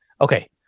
okay